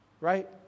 Right